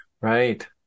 Right